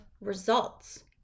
results